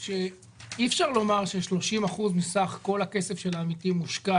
אי אפשר לומר ש-30% מסך כל הכסף של העמיתים מושקע